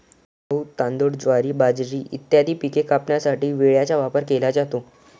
गहू, तांदूळ, ज्वारी, बाजरी इत्यादी पिके कापण्यासाठी विळ्याचा वापर केला जातो